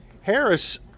Harris